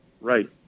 Right